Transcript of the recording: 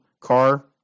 car